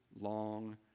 long